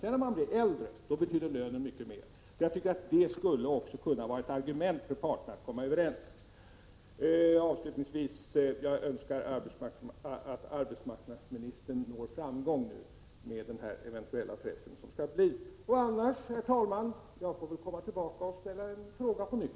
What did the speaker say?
Sedan, när man blir äldre, betyder lönen mycket mer. Detta skulle kunna vara ett argument för parterna då det gäller att komma överens. Avslutningsvis önskar jag att arbetsmarknadsministern når framgång med den eventuella träffen. Annars, herr talman, får jag väl komma tillbaka och ställa en fråga på nytt.